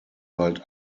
bald